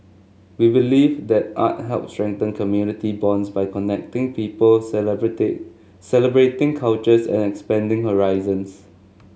we believe that art helps strengthen community bonds by connecting people celebrated celebrating cultures and expanding horizons